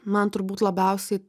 man turbūt labiausiai